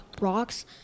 rocks